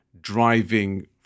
driving